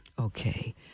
Okay